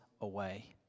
away